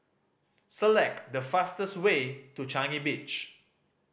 select the fastest way to Changi Beach